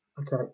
Okay